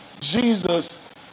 Jesus